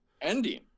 ending